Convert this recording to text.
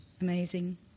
amazing